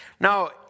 Now